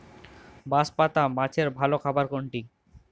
বাঁশপাতা মাছের ভালো খাবার কোনটি?